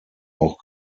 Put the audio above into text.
auch